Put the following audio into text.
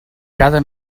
cada